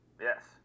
Yes